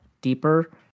deeper